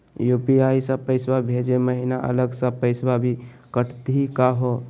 UPI स पैसवा भेजै महिना अलग स पैसवा भी कटतही का हो?